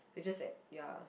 it's just that ya